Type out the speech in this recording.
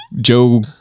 Joe